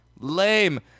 Lame